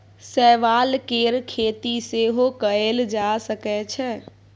शैवाल केर खेती सेहो कएल जा सकै छै